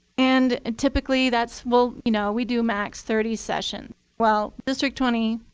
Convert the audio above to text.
and and typically that's well, you know, we do max thirty session. well, district twenty,